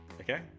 Okay